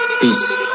Peace